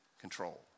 control